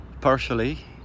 Partially